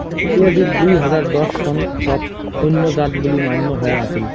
পিঁয়াজিত দুই হাজার দশ সন তক অইন্য জাত বুলি মান্য হয়া আছিল